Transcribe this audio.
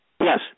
Yes